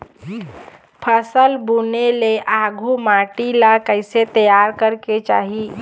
फसल बुने ले आघु माटी ला कइसे तियार करेक चाही?